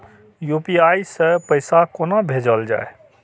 UPI सै पैसा कोना भैजल जाय?